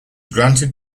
granted